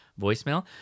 voicemail